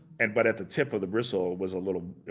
and but at the tip of the bristle was a little,